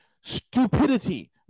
stupidity